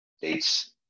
dates